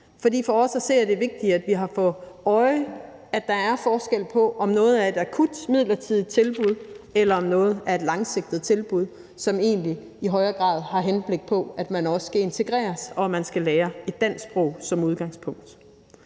For os at se er det vigtigt, at vi har for øje, at der er forskel på, om noget er et akut, midlertidigt tilbud, eller om noget er et langsigtet tilbud, som egentlig i højere grad er med henblik på, at man også skal integreres, og at man skal lære det danske sprog som udgangspunkt.